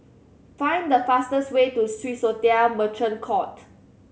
find the fastest way to Swissotel Merchant Court